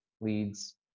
leads